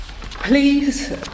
Please